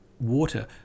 water